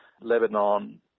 Lebanon